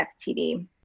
FTD